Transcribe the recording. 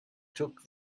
took